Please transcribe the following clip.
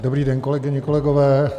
Dobrý den, kolegyně, kolegové.